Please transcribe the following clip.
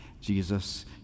Jesus